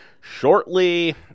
shortly